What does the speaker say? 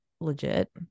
legit